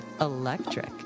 Electric